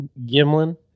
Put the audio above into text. Gimlin